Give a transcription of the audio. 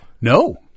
No